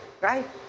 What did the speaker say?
right